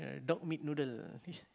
dog meat noodle